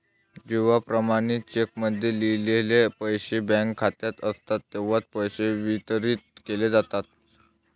जेव्हा प्रमाणित चेकमध्ये लिहिलेले पैसे बँक खात्यात असतात तेव्हाच पैसे वितरित केले जातात